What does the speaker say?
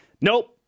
nope